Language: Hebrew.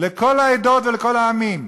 לכל העדות ולכל העמים.